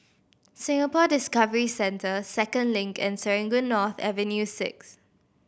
Singapore Discovery Centre Second Link and Serangoon North Avenue Six